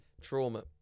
trauma